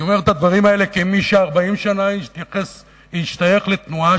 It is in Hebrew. אני אומר את הדברים האלה כמי ש-40 שנה השתייך לתנועה,